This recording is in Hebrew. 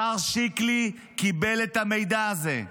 השר שיקלי קיבל את המידע הזה.